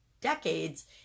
decades